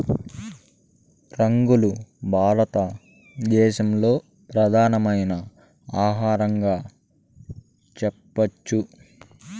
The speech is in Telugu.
రాగులు భారత దేశంలో ప్రధానమైన ఆహారంగా చెప్పచ్చు